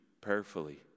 prayerfully